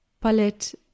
palette